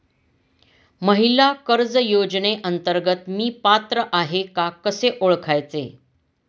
महिला कर्ज योजनेअंतर्गत मी पात्र आहे का कसे ओळखायचे?